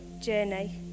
journey